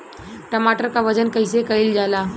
टमाटर क वजन कईसे कईल जाला?